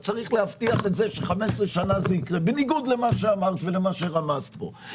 צריך להבטיח את זה ש-15 שנים זה יקרה בניגוד למה שאמרת ולמה שרמזת כאן.